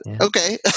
okay